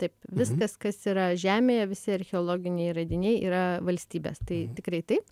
taip viskas kas yra žemėje visi archeologiniai radiniai yra valstybės tai tikrai taip